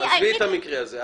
עזבי את המקרה הזה.